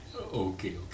okay